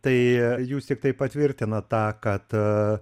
tai jūs tiktai patvirtinat tą kad